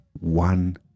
one